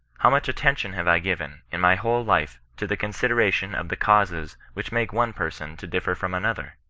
how much attention have i given, in my whole life, to the consideration of the causes which make one person to differ from another?